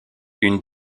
une